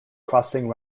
crossing